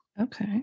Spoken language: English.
Okay